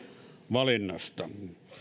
valinnasta